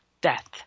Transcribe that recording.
death